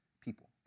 people